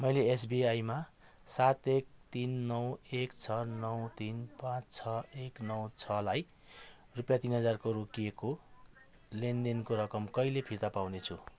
मैले एसबिआईमा सात एक तिन नौ एक छ नौ तिन पाँच छ एक नौ छलाई रुपियाँ तिन हजारको रोकिएको लेनदेनको रकम कहिले फिर्ता पाउनेछु